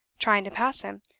trying to pass him.